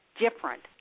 different